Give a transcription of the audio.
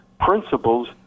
principles